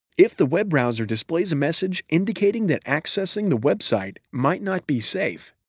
if the web browser displays a message indicating that accessing the website might not be safe,